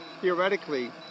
Theoretically